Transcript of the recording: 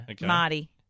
Marty